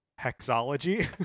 hexology